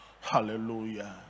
hallelujah